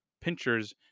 pinchers